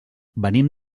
venim